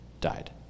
died